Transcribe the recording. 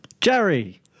Jerry